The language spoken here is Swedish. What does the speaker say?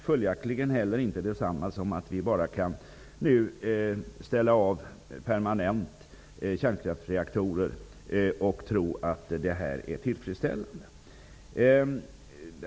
Följaktligen är det inte heller detsamma som att vi nu bara kan ställa av kärnkraftreaktorer permanent och tro att det är tillfredsställande.